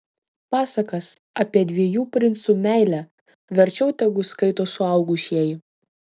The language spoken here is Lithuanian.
pasakas apie dviejų princų meilę verčiau tegu skaito suaugusieji